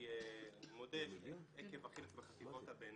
אני מודה, איזשהו עקב אכילס בחטיבות הביניים,